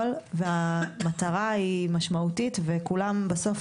המדע והקהילה כל הזמן